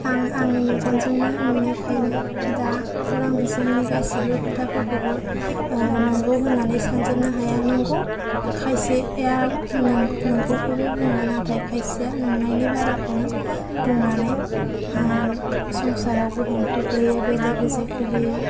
आं आंनि मेगनजोंनो नुनायखायनो दा खौरां बिजोंनि गासिबो खोथाफोरखौबो नोंगौ होन्नानै सानजोबनो हाया नोंगौ खायसेया नों नोंगौखौबो बुङो नाथाय खायसेआ नंनायनि बाराखौनो बुंनानै संसाराव गोहोम खोख्लैयो बेले बेजे खोलैयो